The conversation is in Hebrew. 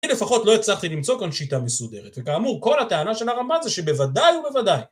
אני לפחות לא הצלחתי למצוא כאן שיטה מסודרת. וכאמור, כל הטענה של הרמז זה שבוודאי ובוודאי.